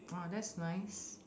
!wah! that's nice